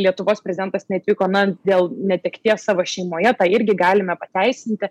lietuvos prezidentas neatvyko na dėl netekties savo šeimoje tą irgi galime pateisinti